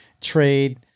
trade